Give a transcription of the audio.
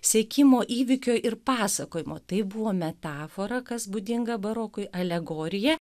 sekimo įvykio ir pasakojimo tai buvo metafora kas būdinga barokui alegorija